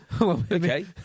Okay